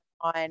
on